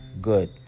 good